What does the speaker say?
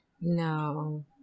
No